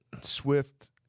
swift